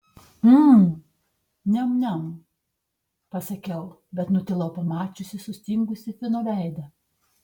mm niam niam pasakiau bet nutilau pamačiusi sustingusį fino veidą